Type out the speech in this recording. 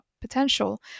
potential